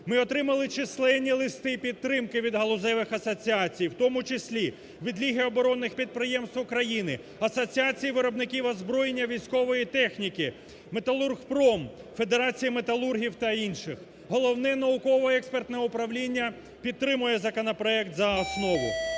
Ми отримали численні листи підтримки від галузевих асоціацій, у тому числі від Ліги оборонних підприємств України, Асоціації виробників озброєння військової техніки, Металургпром, Федерації металургів та інших. Головне науково-експертне управління підтримує законопроект за основу.